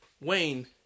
Wayne